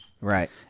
Right